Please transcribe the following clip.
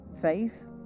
faith